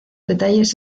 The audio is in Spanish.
detalles